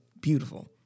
beautiful